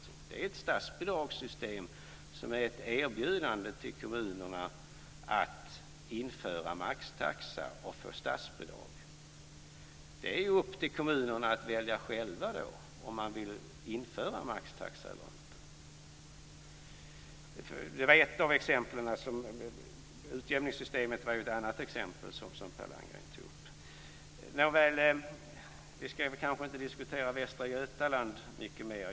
Det är ett statsbidragssystem som innebär ett erbjudande till kommunerna att införa maxtaxa och få statsbidrag. Det är upp till kommunerna att själva välja om de vill införa maxtaxa eller inte. Det var ett exempel. Utjämningssystemet var ett annat exempel som Per Landgren tog upp. Vi kanske inte ska diskutera Västra Götaland mycket mer.